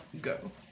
go